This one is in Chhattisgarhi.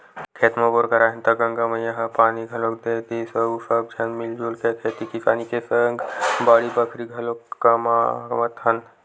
खेत म बोर कराए हन त गंगा मैया ह पानी घलोक दे दिस अउ सब झन मिलजुल के खेती किसानी के सग बाड़ी बखरी ल घलाके कमावत हन